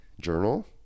journal